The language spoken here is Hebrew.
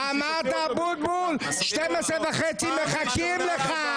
בשעה 12:30 מחכים לך.